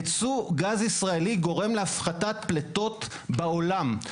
ייצוא גז ישראלי גורם להפחתת פליטות בעולם.